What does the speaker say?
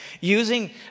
using